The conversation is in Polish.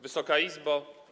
Wysoka Izbo!